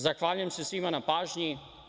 Zahvaljujem se svima na pažnji.